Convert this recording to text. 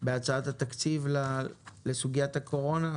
בהצעת התקציב לסוגיית הקורונה?